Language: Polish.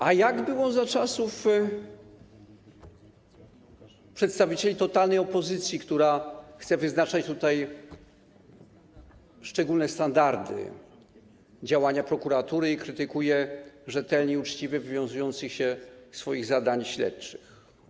A jak było za czasów przedstawicieli totalnej opozycji, która chce wyznaczać szczególne standardy działania prokuratury i krytykuje rzetelnie i uczciwie wywiązujących się ze swoich zadań śledczych?